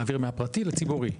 להעביר מהפרטי לציבורי,